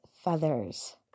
feathers